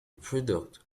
product